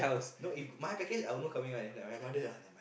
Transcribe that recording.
no if my package I will know coming one if like my brother ah